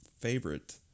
favorite